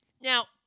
Now